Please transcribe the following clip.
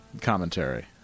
commentary